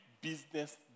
business